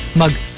mag-